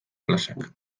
plazak